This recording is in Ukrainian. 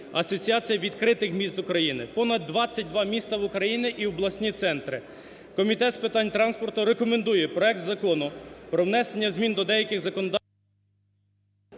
Асоціація відкритих міст України, понад 22 міста України і обласні центри. Комітет з питань транспорту рекомендує проект Закону про внесення змін до деяких законодавчих…